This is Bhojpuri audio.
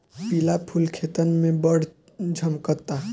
पिला फूल खेतन में बड़ झम्कता